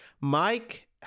Mike